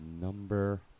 Number